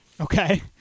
Okay